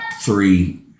three